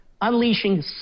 unleashing